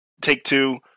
Take-Two